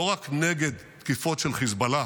לא רק נגד תקיפות של חיזבאללה